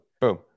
boom